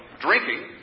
drinking